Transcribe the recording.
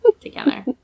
together